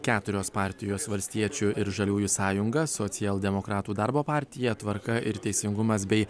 keturios partijos valstiečių ir žaliųjų sąjunga socialdemokratų darbo partija tvarka ir teisingumas bei